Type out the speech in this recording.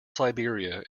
siberia